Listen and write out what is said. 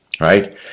right